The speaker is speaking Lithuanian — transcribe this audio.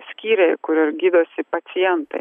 skyriai kur ir gydosi pacientai